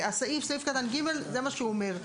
וסעיף (ג) , זה מה שהוא אומר.